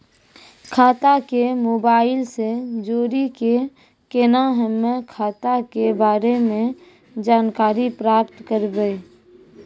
खाता के मोबाइल से जोड़ी के केना हम्मय खाता के बारे मे जानकारी प्राप्त करबे?